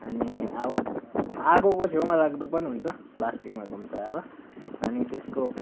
अनि अब आगोको छेउमा राख्दा पनि हुन्छ प्लास्टिकमा गुम्साएर अनि त्यसको